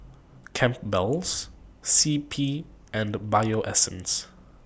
Campbell's C P and The Bio Essence